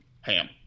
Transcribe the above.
HAM